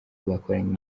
bakoranye